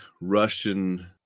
Russian